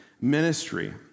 ministry